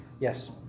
Yes